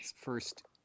first